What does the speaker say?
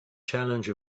challenge